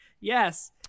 Yes